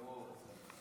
בסדר גמור.